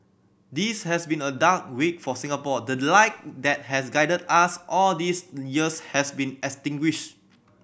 this has been a dark week for Singapore the the light that has guided us all these years has been extinguished